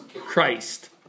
Christ